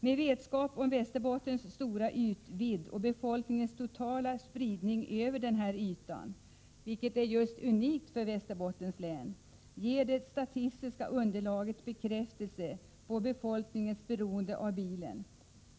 Med vetskap om Västerbottens stora ytvidd och befolkningens totala spridning över denna yta — vilket är unikt för just Västerbottens län — ger det statistiska underlaget bekräftelse på befolkningens beroende av bilen.